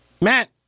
Matt